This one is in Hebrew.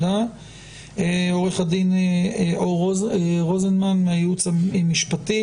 עו"ד אור רוזנמן מהייעוץ המשפטי